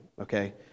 okay